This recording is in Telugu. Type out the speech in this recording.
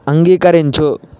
అంగీకరించు